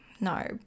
No